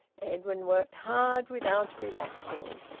edwin worked hard without relaxing.